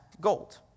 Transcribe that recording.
gold